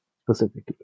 specifically